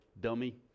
Dummy